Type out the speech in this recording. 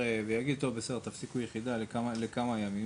לאשקלון, כרגע אנחנו מוגבלים ליחידה אחת